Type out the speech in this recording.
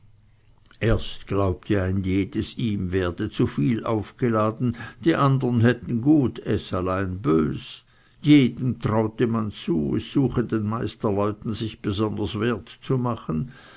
erst glaubte ein jedes ihm werde zu viel aufgeladen die andern hätten gut es allein bös jedem traute man zu es suche den meisterleuten sich besonders wert zu machen